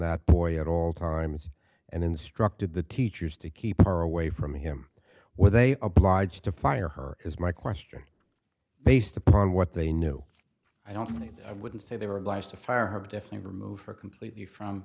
that boy at all times and instructed the teachers to keep her away from him were they obliged to fire her is my question based upon what they knew i don't think i wouldn't say they were obliged to fire her but definitely remove her completely from